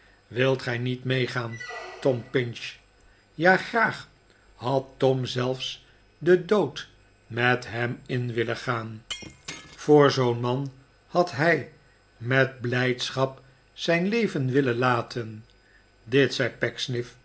wilt gij niet meegaan tom pinch ja graag had tom zelfs den dood met hem in willen gaan voor zoo'n man had hij met blijdschap zijn leven willen laten dit zei